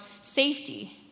safety